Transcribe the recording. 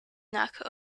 nach